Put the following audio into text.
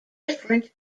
different